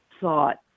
thought